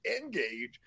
engage